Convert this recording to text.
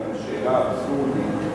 אבל דיברת על אבסורדים.